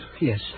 Yes